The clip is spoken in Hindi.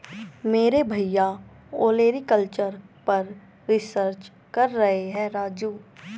मेरे भैया ओलेरीकल्चर पर रिसर्च कर रहे हैं राजू